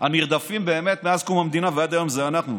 הנרדפים באמת מאז קום המדינה ועד היום זה אנחנו,